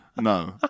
No